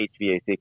HVAC